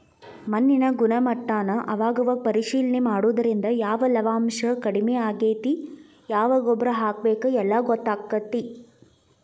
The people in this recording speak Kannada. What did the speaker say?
ಮಣ್ಣಿನ ಗುಣಮಟ್ಟಾನ ಅವಾಗ ಅವಾಗ ಪರೇಶಿಲನೆ ಮಾಡುದ್ರಿಂದ ಯಾವ ಲವಣಾಂಶಾ ಕಡಮಿ ಆಗೆತಿ ಯಾವ ಗೊಬ್ಬರಾ ಹಾಕಬೇಕ ಎಲ್ಲಾ ಗೊತ್ತಕ್ಕತಿ